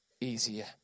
easier